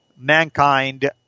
Mankind